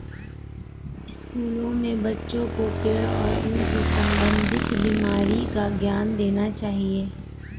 स्कूलों में बच्चों को पेड़ और उनसे संबंधित बीमारी का ज्ञान देना चाहिए